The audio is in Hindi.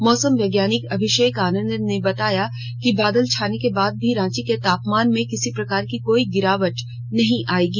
मौसम वैज्ञानिक अभिषेक आनंद ने बताया कि बादल छाने के बाद भी रांची के तापमान में किसी प्रकार की कोई गिरावट नहीं आएगी